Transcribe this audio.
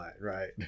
right